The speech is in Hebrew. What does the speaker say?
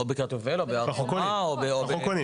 או בקריית יובל, או בהר חומה, או בגילה.